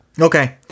Okay